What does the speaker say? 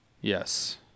Yes